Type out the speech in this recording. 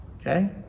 Okay